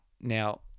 Now